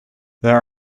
there